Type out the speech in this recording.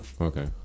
Okay